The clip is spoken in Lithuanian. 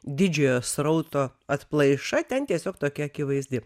didžiojo srauto atplaiša ten tiesiog tokia akivaizdi